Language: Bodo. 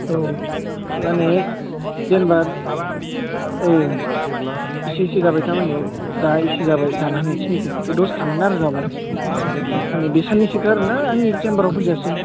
औ माने जेनेबा इसे इसे जाबाय था माने दाहाय इसे जाबाय जानो हानायखिनिखौ ओमफ्राय दसे थानानै आरो जाबाव माने बे सान्नैसोखौ आरो ना आंनि चेमबाराव फैजासिम